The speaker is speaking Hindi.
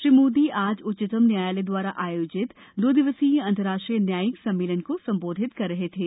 श्री मोदी आज उच्चतम न्यायालय द्वारा आयोजित दो दिवसीय अंतर्राष्ट्रीय न्यायिक सम्मेलन को संबोधित कर रहे थे